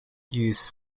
use